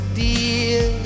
dear